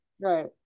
Right